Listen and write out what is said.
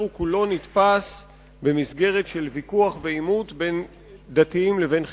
הוא כולו נתפס במסגרת של ויכוח ועימות בין דתיים לבין חילונים.